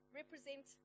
represent